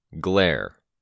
GLARE